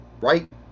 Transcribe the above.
Right